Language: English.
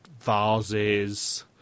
vases